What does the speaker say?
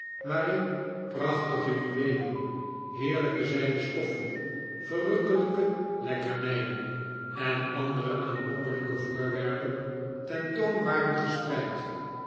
waarin prachtige juweelen heerlijke zijden stoffen verrukkelijke lekkernijen en andere aanlokkelijke voorwerpen ten toon waren gespreid